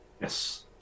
Yes